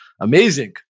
Amazing